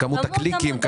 כמות הקליקים?